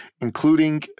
including